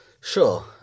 Sure